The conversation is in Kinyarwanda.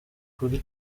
kuri